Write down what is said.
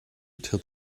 till